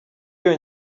iyo